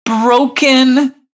broken